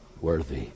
worthy